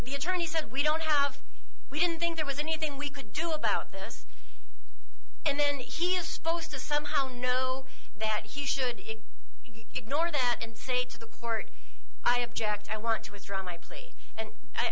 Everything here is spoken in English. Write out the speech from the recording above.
the attorney said we don't have we didn't think there was anything we could do about this and then he is supposed to somehow know that he should get nor that and say to the court i have jacked i want to withdraw my plea and